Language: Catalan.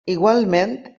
igualment